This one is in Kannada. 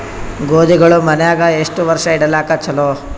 ಗೋಧಿಗಳು ಮನ್ಯಾಗ ಎಷ್ಟು ವರ್ಷ ಇಡಲಾಕ ಚಲೋ?